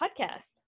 podcast